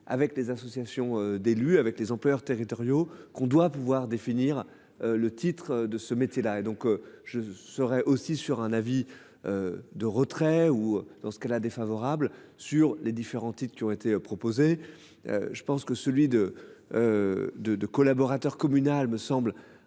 avec les associations d'élus, avec les employeurs territoriaux qu'on doit pouvoir définir le titre de ce métier là donc je serai aussi sur un avis. De retrait ou dans ce cas-là défavorable sur les différents types qui ont été proposées. Je pense que celui de. De de collaborateurs communal me semble